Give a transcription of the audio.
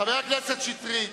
חבר הכנסת שטרית,